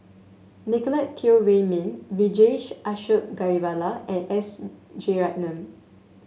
Nicolette Teo Wei Min Vijesh Ashok Ghariwala and S Rajaratnam